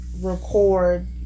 record